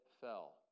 fell